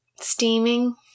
steaming